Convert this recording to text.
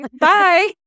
Bye